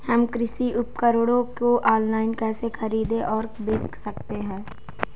हम कृषि उपकरणों को ऑनलाइन कैसे खरीद और बेच सकते हैं?